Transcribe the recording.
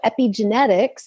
epigenetics